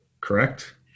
Correct